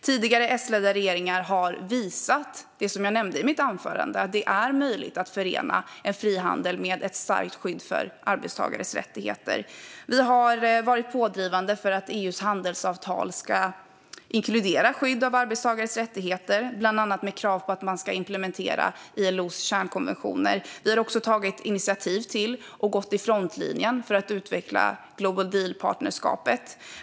Tidigare S-ledda regeringar har visat att det är möjligt att förena frihandel med ett starkt skydd för arbetstagares rättigheter, vilket jag nämnde i mitt anförande. Vi har varit pådrivande för att EU:s handelsavtal ska inkludera skydd av arbetstagares rättigheter, bland annat med krav på att man ska implementera ILO:s kärnkonventioner. Vi har också tagit initiativ och gått i frontlinjen för att utveckla Global Deal-partnerskapet.